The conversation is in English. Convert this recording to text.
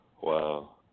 Wow